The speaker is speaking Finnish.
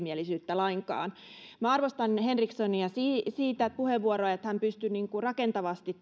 ole erimielisyyttä lainkaan minä arvostan henrikssonin puheenvuoroa siitä että hän pystyi rakentavasti